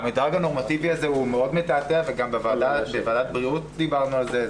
המדרג הנורמטיבי הזה הוא מאוד מתעתע וגם בוועדת הבריאות דיברנו על כך.